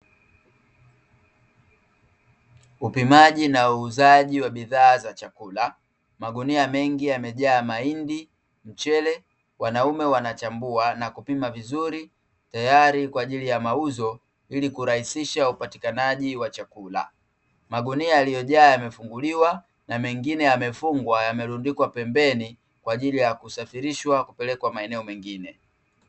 Upimaji na uuzaji wa bidhaa za chakula. Magunia mengi yamejaa mahindi, mchele; wanaume wanachambua na kupima vizuri tayari kwa ajili ya mauzo ili kurahisisha upatikanaji wa chakula. Magunia yaliyojaa yamefunguliwa na mengine yamefungwa, yamerundikwa pembeni kwa ajili ya kusafirishwa kupelekwa maeneo mengine.